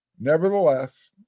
Nevertheless